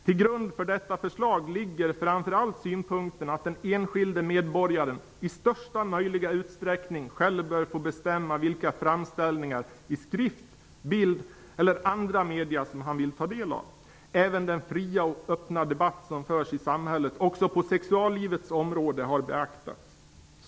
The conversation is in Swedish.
Till grund för detta förslag ligger framför allt synpunkten att den enskilde medborgaren i största möjliga utsträckning själv bör få bestämma vilka framställningar i skrift, bild eller andra media som han vill ta del av. Även den fria och öppna debatt som förs i samhället också på sexuallivets område har beaktats.''